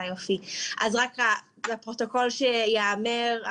לפרוטוקול שייאמר,